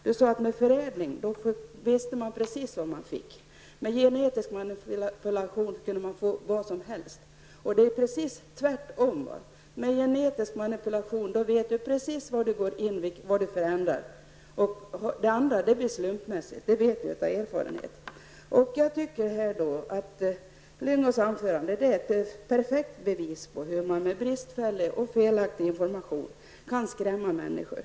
Han sade att man när det gäller förädling vet precis vad man får. Däremot skulle man med genetisk manipulation kunna få vad som helst. Men det förhåller sig precis tvärtom. När det gäller genetisk manipulation vet man precis var man går in och var man förändrar. Beträffande förädlingen handlar det om slumpen. Det vet vi av erfarenhet. Gösta Lyngås anförande är ett perfekt bevis på hur man med bristfällig och felaktig information kan skrämma människor.